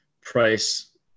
Price